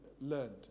learned